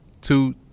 two